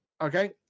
Okay